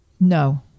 No